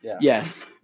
Yes